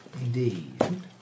Indeed